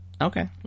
Okay